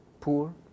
poor